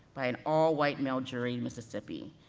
by an all white male jury, and mississippi,